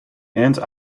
and